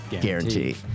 Guarantee